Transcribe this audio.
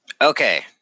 Okay